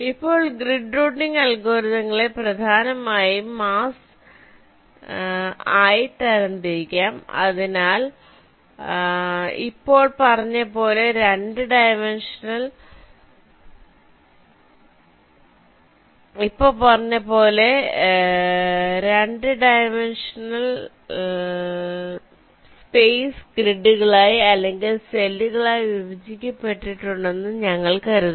ഇപ്പോൾ grid routing അൽഗോരിതങ്ങളെ പ്രധാനമായും മാസ് ആയി തരംതിരിക്കാം അതിനാൽ ഇപ്പോൾ പറഞ്ഞതുപോലെ 2 ഡൈമൻഷണൽ സ്പേസ് ഗ്രിഡുകളായി അല്ലെങ്കിൽ സെല്ലുകളായി വിഭജിക്കപ്പെട്ടിട്ടുണ്ടെന്ന് ഞങ്ങൾ കരുതുന്നു